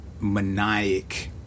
maniac